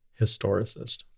historicist